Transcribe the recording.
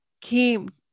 came